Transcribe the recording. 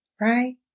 Right